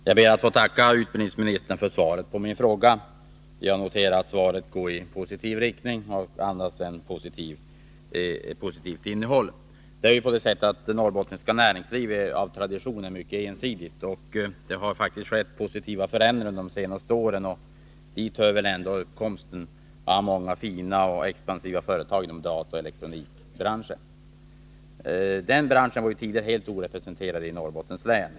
Herr talman! Jag ber att få tacka utbildningsministern för svaret på min fråga. Jag noterar att svaret går i en positiv riktning. Det norrbottniska näringslivet är av tradition mycket ensidigt, men det har faktiskt skett positiva förändringar under de senaste åren. Dit hör tillkomsten av många fina och expansiva företag inom dataoch elektronikbranschen. Den branschen var tidigare helt orepresenterad i Norrbottens län.